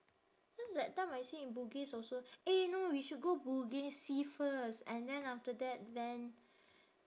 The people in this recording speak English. cause that time I see in bugis also eh no we should go bugis see first and then after that then